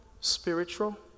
spiritual